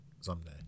someday